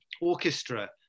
orchestra